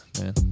man